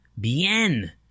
bien